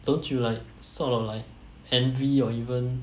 don't you like sort of like envy or even